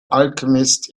alchemist